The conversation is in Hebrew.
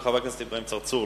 של חבר הכנסת אברהים צרצור,